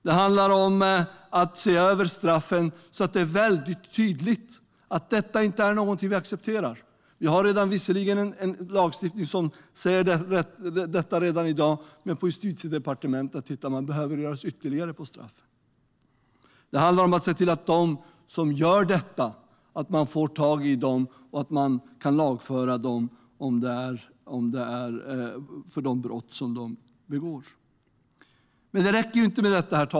Det handlar om att se över straffen, så att det blir väldigt tydligt att detta inte är något vi accepterar. Vi har visserligen en lagstiftning som säger detta redan i dag, men på Justitiedepartementet tittar man nu på om det behöver göras något ytterligare på straffområdet. Det handlar också om att få tag i dem som begår dessa brott, så att man kan lagföra dem. Men det räcker inte med detta.